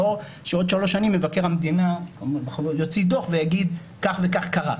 לא שבעוד שלוש שנים מבקר המדינה יוציא דוח ויגיד שכך וכך קרה.